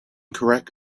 correct